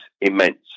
immense